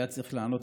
היה צריך לענות,